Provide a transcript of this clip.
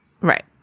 Right